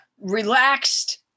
relaxed